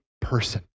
person